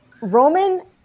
Roman